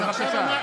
בבקשה.